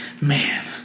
Man